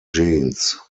jeans